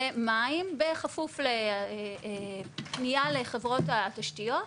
ומים, בכפוף לפנייה לחברות התשתיות,